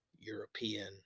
European